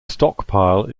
stockpile